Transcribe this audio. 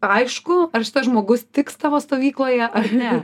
aišku ar šitas žmogus tiks tavo stovykloje ar ne